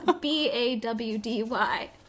B-A-W-D-Y